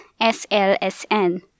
SLSN